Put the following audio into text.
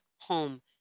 home